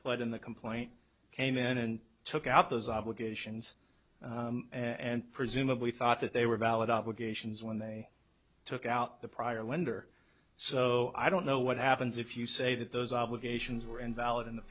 in the complaint came in and took out those obligations and presumably thought that they were valid obligations when they took out the prior lender so i don't know what happens if you say that those obligations were invalid in the